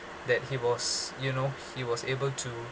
that he was you know he was able to